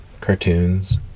cartoons